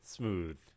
Smooth